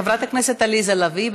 חברת הכנסת עליזה לביא,